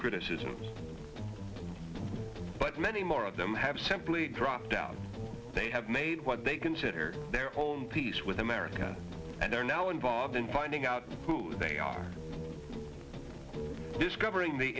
criticisms but many more of them have simply dropped out they have made what they consider their own peace with america and are now involved in finding out who they are discovering the